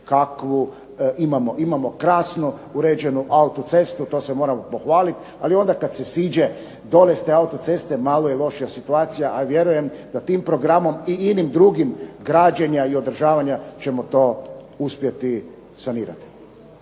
kakvu imamo. Imamo krasno uređenu autocestu, to se moramo pohvaliti, ali onda kada se siđe dole s te autoceste malo je lošija situacija, a vjerujem da tim programom i inim drugim građenja i održavanja ćemo to uspjeti sanirati.